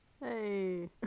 Hey